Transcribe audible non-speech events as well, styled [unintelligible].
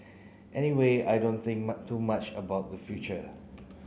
anyway I don't think [unintelligible] too much about the future